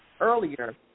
earlier